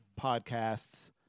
podcasts